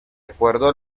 acuerdo